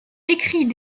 écrit